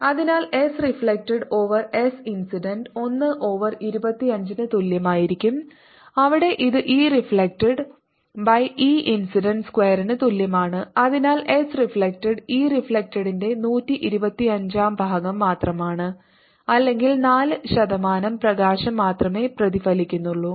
5 15 അതിനാൽ S reflected over S incident 1 over 25 ന് തുല്യമായിരിക്കും അവിടെ അത് E reflected by E incident square ന് തുല്യമാണ് അതിനാൽ എസ് റിഫ്ലെക്ടഡ് ഇ റിഫ്ലെക്ടഡ് ന്റെ 125 ആം ഭാഗം മാത്രമാണ് അല്ലെങ്കിൽ 4 ശതമാനം പ്രകാശം മാത്രമേ പ്രതിഫലിക്കുന്നുള്ളൂ